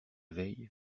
veille